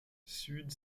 sud